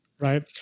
Right